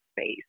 space